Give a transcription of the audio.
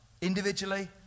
individually